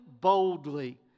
boldly